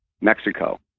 Mexico